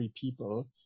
people